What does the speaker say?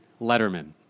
letterman